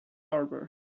hardware